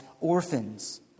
orphans